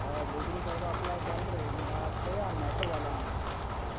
हय डिग्री करपा एपलाय केलां रे पूण चोया आतां मेळटा जाल्यार